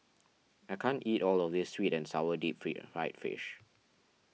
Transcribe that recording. I can't eat all of this Sweet and Sour Deep Fried Fish